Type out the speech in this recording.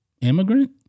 immigrant